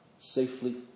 safely